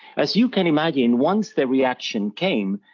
as you can imagine, once the reaction came,